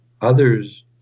Others